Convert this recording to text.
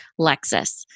Lexus